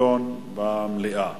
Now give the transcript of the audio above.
תידון במליאה.